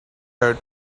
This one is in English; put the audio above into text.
her